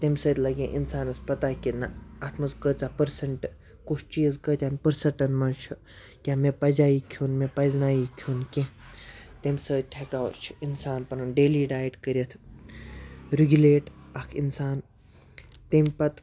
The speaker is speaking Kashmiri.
تمہِ سۭتۍ لَگہِ ہے اِنسانَس پَتہ کہِ نہ اَتھ منٛز کۭژاہ پٔرسَنٛٹ کُس چیٖز کٲتِہَن پٔرسَنٛٹَن منٛز چھُ کیٛاہ پَزیٛاہ یہِ کھیوٚن مےٚ پَزِ نہ یہِ کھیوٚن کینٛہہ تمہِ سۭتۍ ہٮ۪کَو أسۍ چھِ اِنسان پَنُن ڈیلی ڈایٹ کٔرِتھ رِگیُلیٹ اَکھ اِنسان تمہِ پَتہٕ